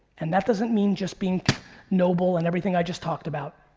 and that doesn't mean just being noble and everything i just talked about.